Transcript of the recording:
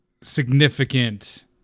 significant